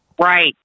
Right